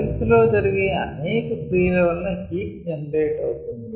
cells లో జరిగే అనేక క్రియల వలన హీట్ జెనరేట్ అవుతుంది